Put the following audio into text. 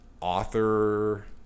author